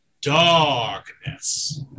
darkness